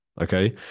okay